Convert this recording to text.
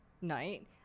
night